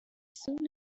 soon